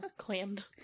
clammed